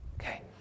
Okay